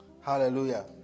Hallelujah